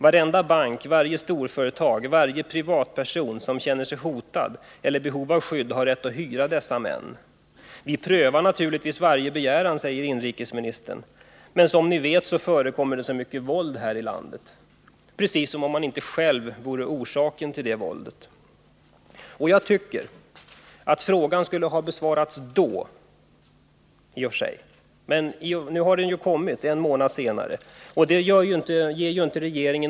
Varenda bank, varje storföretag, varje privatperson som känner sig hotad eller i behov av skydd har rätt att hyra dessa män. Vi prövar naturligtvis varje begäran, men som ni vet så förekommer det så mycket våld här i landet . Precis som om man inte själv var orsaken till det våldet! Jag tycker i och för sig att frågan skulle ha besvarats då den ställdes. Men nu har svaret ändå kommit, och regeringen har ingen möjlighet att smita undan frågeställningen.